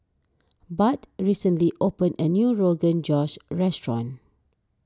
Bud recently opened a new Rogan Josh restaurant